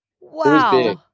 Wow